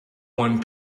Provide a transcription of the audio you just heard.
one